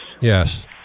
Yes